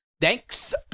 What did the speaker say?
thanks